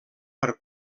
per